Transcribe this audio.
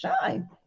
shine